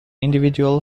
individual